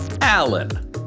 Alan